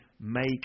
make